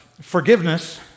forgiveness